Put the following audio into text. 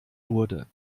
wurde